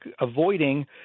avoiding